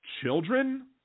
Children